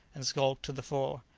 and skulked to the fore.